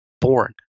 born